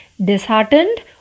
disheartened